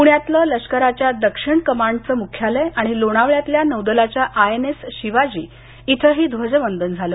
प्ण्यातलं लष्कराच्या दक्षिण कमांडचं मुख्यालय आणि लोणावळ्यातल्या नौदलाच्या आयएनएस शिवाजी इथंही ध्वजवंदन झालं